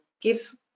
gives